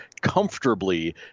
comfortably